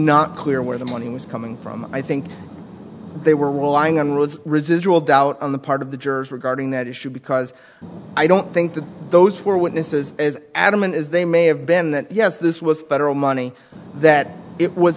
not clear where the money was coming from i think they were relying on rules residual doubt on the part of the jurors regarding that issue because i don't think that those four witnesses as adamant as they may have been yes this was federal money that it was